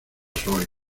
soy